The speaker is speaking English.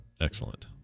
Excellent